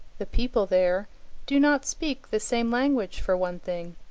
the people there do not speak the same language for one thing.